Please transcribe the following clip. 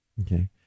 Okay